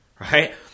right